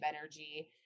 energy